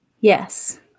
yes